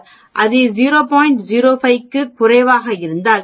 05 க்கும் குறைவாக இருந்தால்